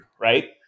right